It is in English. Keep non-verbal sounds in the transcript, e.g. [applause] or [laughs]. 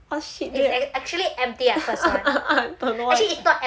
oh shit man [laughs] don't know [one]